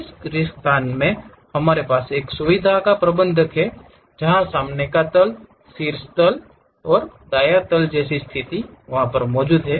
इस रिक्त स्थान में हमारे पास एक सुविधा प्रबंधक है जहां सामने का तल शीर्ष तल और दायां तल स्थित है